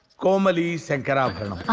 komali shankarabaranam!